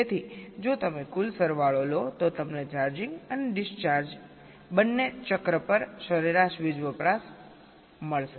તેથી જો તમે કુલ સરવાળો લો તો તમને ચાર્જિંગ અને ડિસ્ચાર્જ બંને ચક્ર પર સરેરાશ વીજ વપરાશ મળશે